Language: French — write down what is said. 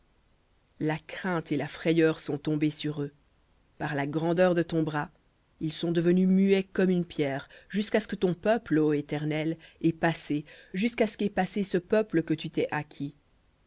la crainte et la frayeur sont tombées sur eux par la grandeur de ton bras ils sont devenus muets comme une pierre jusqu'à ce que ton peuple ô éternel ait passé jusqu'à ce qu'ait passé ce peuple que tu t'es acquis